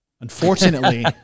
unfortunately